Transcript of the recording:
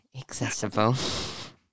accessible